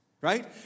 right